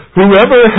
Whoever